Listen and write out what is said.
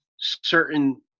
certain